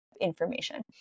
information